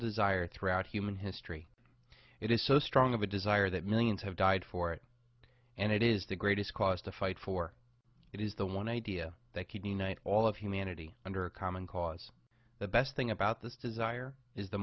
desire throughout human history it is so strong of a desire that millions have died for it and it is the greatest cause to fight for it is the one idea that could knight all of humanity under common cause the best thing about this desire is the